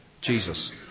Jesus